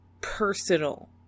personal